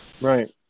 Right